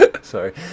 Sorry